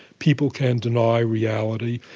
people can deny reality.